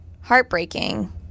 Heartbreaking